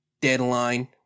deadline